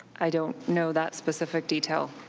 i don't know that specific detail.